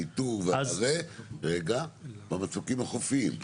הניטור ואחרי במצוקים החופיים?